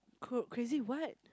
crazy what